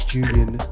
Julian